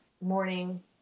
morning